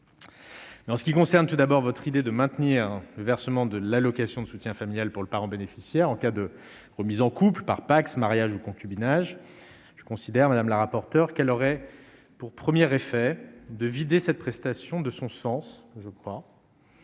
en ce qui concerne tout d'abord votre idée de maintenir le versement de l'allocation de soutien familial pour le parent bénéficiaire en cas de remise en coupe par Pacs, mariage, concubinage je considère Madame la rapporteure qu'elle aurait pour première fait de vider cette prestation de son sens je crois.